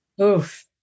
Oof